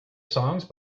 songs